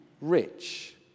rich